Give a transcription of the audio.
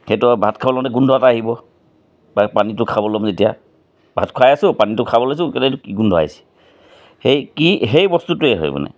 সেইটো আৰু ভাত খাব লওঁতে গোন্ধ এটা আহিব তাৰ পানীটো খাবলৈ ল'ম যেতিয়া ভাত খাই আছোঁ পানীটো খাব লৈছোঁ কেলেই গোন্ধাই আছে সেই কি সেই বস্তুটোৱে হয় মানে